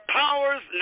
powers